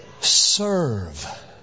serve